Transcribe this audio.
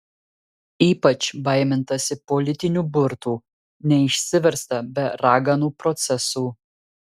ypač baimintasi politinių burtų neišsiversta be raganų procesų